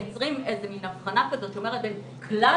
מייצרים איזו מין הבחנה כזאת בין 'כלל